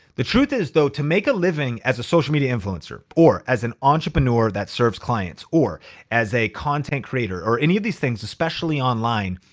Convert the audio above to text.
the truth is though, to make a living as a social media influencer or as an entrepreneur that serves clients or as a content creator or any of these things, especially online,